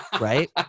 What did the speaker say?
right